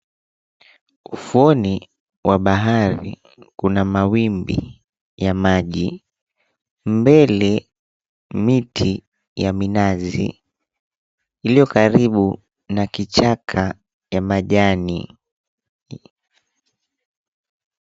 Ufuoni wa bahari kuna mawimbi ya maji. Mbele miti ya minazi iliyo karibu na kichaka ya majani.